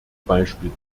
beispiel